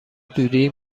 دودی